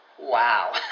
wow